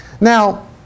Now